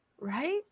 Right